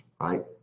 right